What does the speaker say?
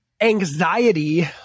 anxiety